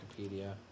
Wikipedia